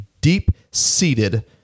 deep-seated